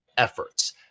Efforts